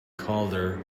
calder